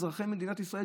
אזרחי מדינת ישראל,